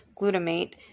glutamate